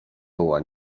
była